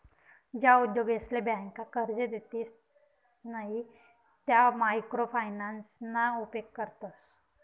ज्या उद्योगसले ब्यांका कर्जे देतसे नयी त्या मायक्रो फायनान्सना उपेग करतस